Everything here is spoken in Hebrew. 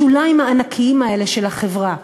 השוליים הענקיים האלה של החברה,